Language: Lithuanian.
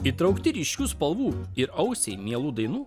įtraukti ryškių spalvų ir ausiai mielų dainų